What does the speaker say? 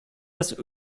das